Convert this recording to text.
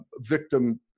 victim